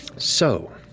so